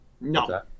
No